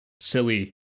silly